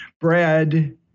bread